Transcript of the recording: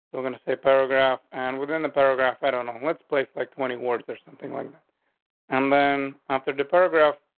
we're gonna say paragraph and within the paragraph, i don't know, let's place like twenty wards. there's something like that and then after the paragraph,